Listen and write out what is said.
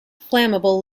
flammable